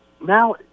Now